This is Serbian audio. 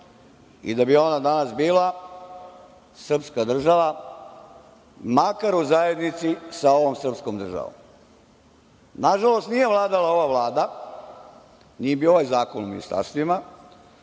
i da bi ona danas bila srpska država, makar u zajednici sa ovom srpskom državom. Nažalost, nije vladala ova Vlada, nije bio ovaj Zakon o ministarstvima